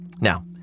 now